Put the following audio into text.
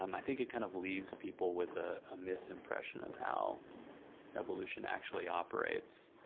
um i think it, kind of, leaves people with a ah misimpression of how evolution actually operates,